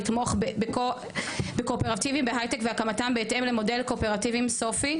לתמוך בקואופרטיבים בהייטק והקמתם בהתאם למודל קואופרטיבים סופי,